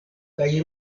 kaj